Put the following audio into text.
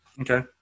Okay